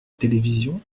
télévision